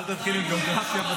5 ק"מ.